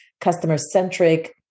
customer-centric